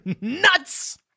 nuts